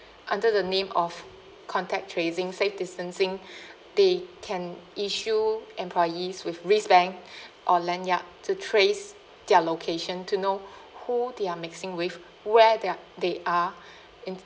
under the name of contact tracing safe distancing they can issue employees with wrist band or lanyard to trace their location to know who they're mixing with where they're they are in